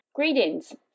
Greetings